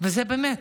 וזה באמת,